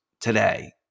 today